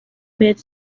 بهت